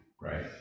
Right